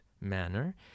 manner